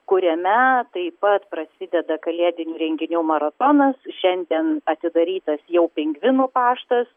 kuriame taip pat prasideda kalėdinių renginių maratonas šiandien atidarytas jau pingvinų paštas